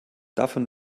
davon